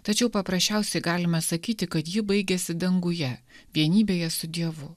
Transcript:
tačiau paprasčiausiai galima sakyti kad ji baigiasi danguje vienybėje su dievu